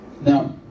Now